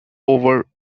over